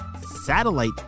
Satellite